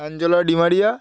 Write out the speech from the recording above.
Angela Di Maria